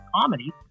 comedy